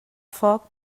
foc